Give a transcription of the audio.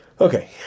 Okay